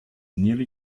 nearly